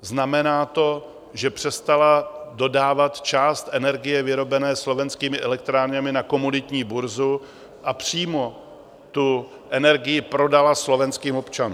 Znamená to, že přestala dodávat část energie vyrobené Slovenskými elektrárnami na komoditní burzu a přímo tu energii prodala slovenským občanům.